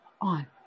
on